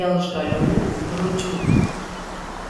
gelžgalių rūdžių